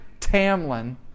Tamlin